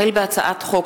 החל בהצעת חוק